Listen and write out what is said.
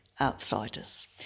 outsiders